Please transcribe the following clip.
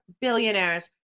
billionaires